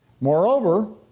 Moreover